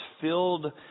filled